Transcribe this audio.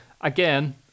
again